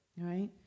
right